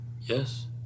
Yes